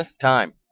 Time